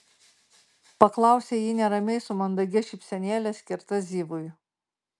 paklausė ji neramiai su mandagia šypsenėle skirta zivui